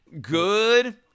Good